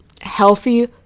healthy